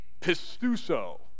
pistuso